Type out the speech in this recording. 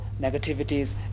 negativities